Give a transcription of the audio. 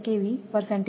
88KVસે